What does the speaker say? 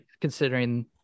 considering